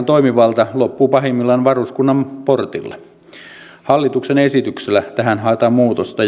toimivalta loppuu pahimmillaan varuskunnan portilla hallituksen esityksellä tähän haetaan muutosta